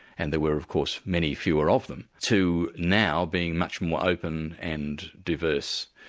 and there were of course many fewer of them, to now being much more open and diverse.